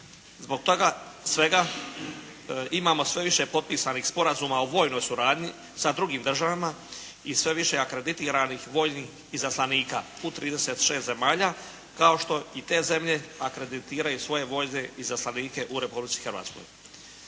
Zbog toga svega, imamo sve više potpisanih sporazuma o vojnoj suradnji sa drugim državama i sve više akreditiranih vojnih izaslanika u 36 zemalja kao što i te zemlje akreditiraju i svoje vojne izaslanike u Republici Hrvatskoj.